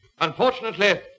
Unfortunately